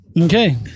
Okay